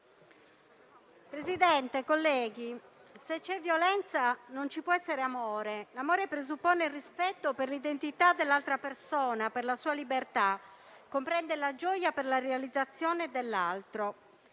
Presidente, se c'è violenza, non ci può essere amore. L'amore presuppone il rispetto per l'identità dell'altra persona, per la sua libertà, comprende la gioia per la realizzazione dell'altro.